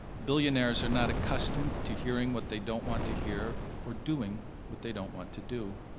billionaires are not accustomed to hearing what they don't want to hear or doing what they don't want to do.